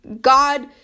God